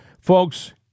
Folks